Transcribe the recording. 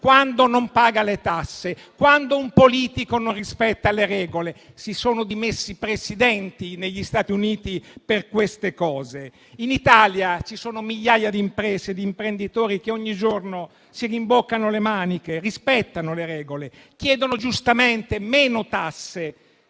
quando non paga le tasse, quando un politico non rispetta le regole. Si sono dimessi Presidenti negli Stati Uniti per questi fatti. In Italia ci sono migliaia di imprese e di imprenditori che ogni giorno si rimboccano le maniche, rispettano le regole, chiedono giustamente meno tasse,